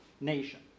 nation